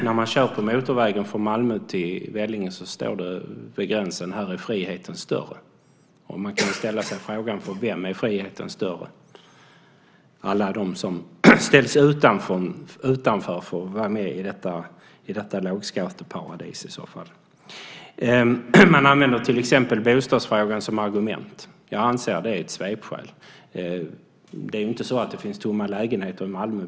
När man kör på motorvägen från Malmö till Vellinge står det: Här är friheten större. Man kan fråga sig: För vem är friheten större? Alla som ställs utanför får vara med i detta lågskatteparadis. Man använder till exempel bostadsfrågan som argument. Jag anser att det är ett svepskäl. Det finns inte tomma lägenheter i Malmö.